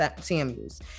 Samuels